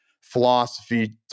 philosophy